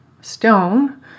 stone